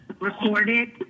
recorded